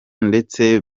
ndetse